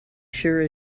sure